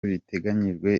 biteganyijwe